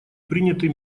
приняты